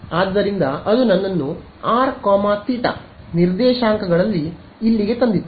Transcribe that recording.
ಆದ್ದರಿಂದ ಅದು ನನ್ನನ್ನು r θ ನಿರ್ದೇಶಾಂಕಗಳಲ್ಲಿ ಇಲ್ಲಿಗೆ ತಂದಿತು